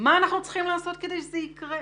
מה אנחנו צריכים לעשות כדי שזה יקרה?